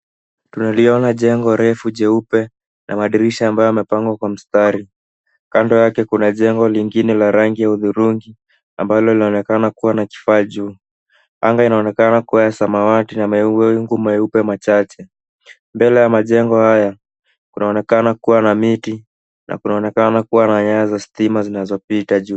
Tunaliona jengo refu jeupe na madirisha ambayo yamepangwa kwa mstari. Kando yake kuna jengo lingine la rangi ya hudhurungi ambalo laonekana kuwa na kifaa juu. Anga inaonekana kuwa ya samawati na mawingu meupe machache. Mbele ya majengo haya kunaonekana kuwa na miti , na kunaonekana kuwa na nyaya za stima zinazopita juu.